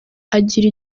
agira